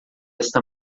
esta